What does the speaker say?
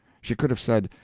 she could have said,